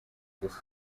gusa